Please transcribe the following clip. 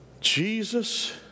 Jesus